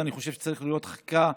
ואני חושב שצריכה להיות חקיקה